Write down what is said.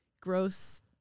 gross